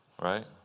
right